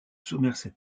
somerset